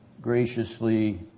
graciously